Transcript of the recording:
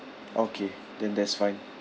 okay then that's fine